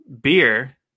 beer